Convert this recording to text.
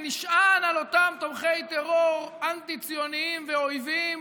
שנשען על אותם תומכי טרור אנטי-ציוניים ואויבים,